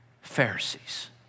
Pharisees